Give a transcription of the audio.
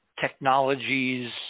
technologies